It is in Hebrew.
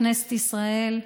בכנסת ישראל,